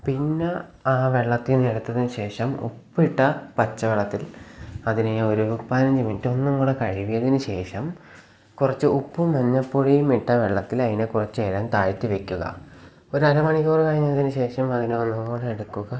പിന്നെ ആ വെള്ളത്തിൽ നിന്ന് എടുത്തതിനു ശേഷം ഉപ്പിട്ട പച്ചവെള്ളത്തിൽ അതിനെ ഒരു പതിനഞ്ചു മിനിറ്റ് ഒന്നും കൂടെ കഴുകിയതിനു ശേഷം കുറച്ചു ഉപ്പും മഞ്ഞപ്പൊടിയും ഇട്ട വെള്ളത്തിൽ അതിനെ കുറച്ച് നേരം താഴ്ത്തി വയ്ക്കുക ഒരു അര മണിക്കൂർ കഴിഞ്ഞതിനു ശേഷം അതിനെ ഒന്നു കൂടെ എടുക്കുക